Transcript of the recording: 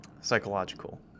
psychological